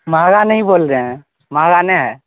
مہرا نہیں بول رہے ہیں مہرا نہیں